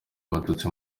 abatutsi